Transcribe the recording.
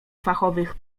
fachowych